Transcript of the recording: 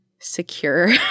secure